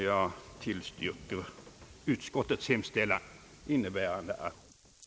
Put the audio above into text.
Jag tillstyrker utskottets hemställan, innebärande avslag på samtliga motioner och bifall till propositionen.